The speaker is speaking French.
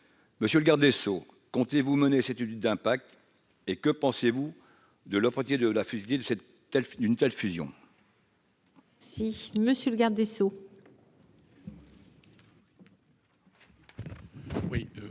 Monsieur le garde des Sceaux, comptez-vous mener cette étude d'impact et que pensez-vous de l'autre moitié de la le 7 telle d'une telle fusion. Si monsieur le garde des Sceaux.